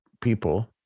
people